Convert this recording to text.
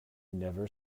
never